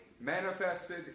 manifested